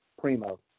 Primo